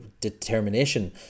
determination